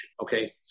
Okay